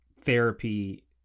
therapy